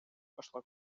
пошла